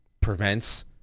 prevents